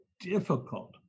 difficult